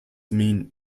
mean